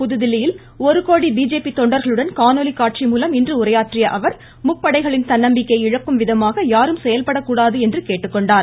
புதுதில்லியில் ஒருகோடி பிஜேபி தொண்டர்களுடன் காணொலி காட்சி மூலம் இன்று உரையாற்றிய அவர் முப்படைகளின் தன்னம்பிக்கையை இழக்கும் விதமாக யாரும் செயல்படக்கூடாது என்று கேட்டுக்கொண்டார்